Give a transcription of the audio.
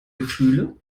gefühle